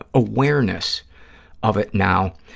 awareness of it now.